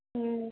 हँ